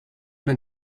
been